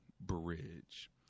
bridge